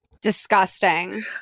Disgusting